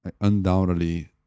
Undoubtedly